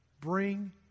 bring